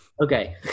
okay